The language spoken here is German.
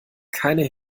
keine